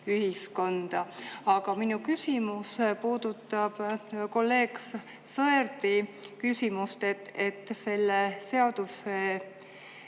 ühiskonda. Aga minu küsimus puudutab kolleeg Sõerdi küsimust, et selle seadusega